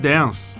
Dance